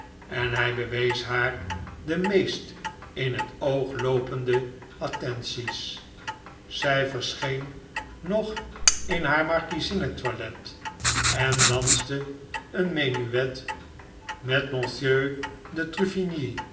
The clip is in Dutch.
en hij bewees haar de meest in het oog loopende attenties zij verscheen nog in haar markiezinnentoilet en danste een menuet met monsieur de